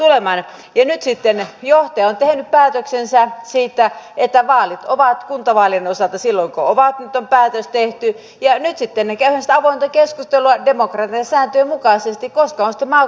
ja nyt sitten johtaja on tehnyt päätöksensä siitä että vaalit ovat kuntavaalien osalta silloin kun ovat nyt on päätös tehty ja nyt sitten käydään sitä avointa keskustelua demokratian sääntöjen mukaisesti koska on sitten maakuntavaalit